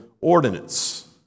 ordinance